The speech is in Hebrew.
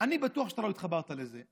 אני בטוח שאתה לא התחברת לזה.